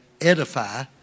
edify